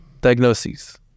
diagnoses